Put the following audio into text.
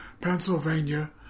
Pennsylvania